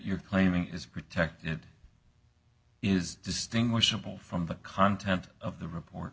you're claiming is protected is distinguishable from the content of the